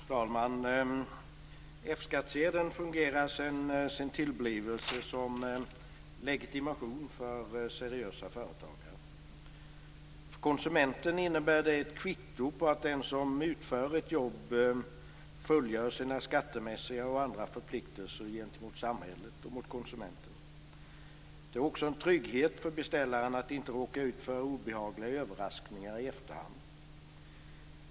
Fru talman! F-skattsedeln fungerar sedan sin tillblivelse som legitimation för seriösa företagare. För konsumenten innebär den ett kvitto på att den som utför ett jobb fullgör sina skattemässiga och andra förpliktelser gentemot samhället och konsumenterna. Det är också en trygghet för beställaren att inte råka ut för obehagliga överraskningar i efterhand.